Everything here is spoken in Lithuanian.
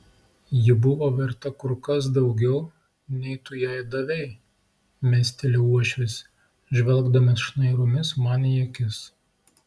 ji buvo verta kur kas daugiau nei tu jai davei mesteli uošvis žvelgdamas šnairomis man į akis